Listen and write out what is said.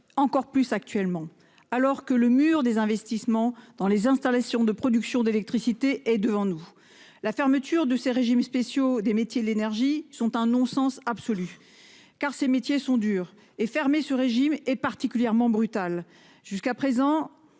plus vrai aujourd'hui que le mur des investissements dans les installations de production d'électricité est devant nous. La fermeture de ce régime spécial des métiers de l'énergie est un non-sens absolu, car ces métiers sont durs. Fermer ce régime est particulièrement brutal. Jusqu'à présent,